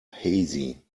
hazy